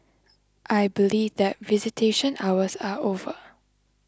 I believe that visitation hours are over